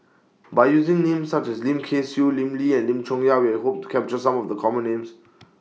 By using Names such as Lim Kay Siu Lim Lee and Lim Chong Yah we're Hope to capture Some of The Common Names